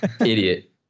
idiot